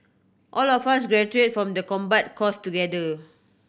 all of us graduate from the combat course together